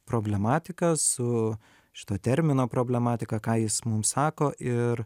problematika su šito termino problematika ką jis mum sako ir